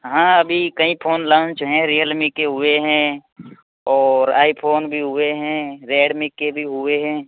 हाँ अभी कहीं फोन लॉन्च हुए रियलमी के हुए हैं और आईफोन भी हुए हैं रेडमी के भी हुए हैं